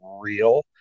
real